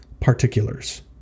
particulars